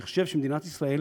אני חושב שמדינת ישראל